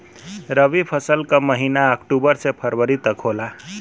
रवी फसल क महिना अक्टूबर से फरवरी तक होला